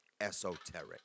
esoteric